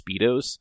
speedos